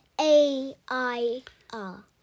A-I-R